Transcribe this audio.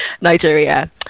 Nigeria